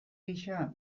gisa